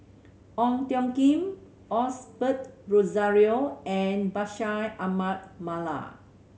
Ong Tiong Khiam Osbert Rozario and Bashir Ahmad Mallal